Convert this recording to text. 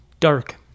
dark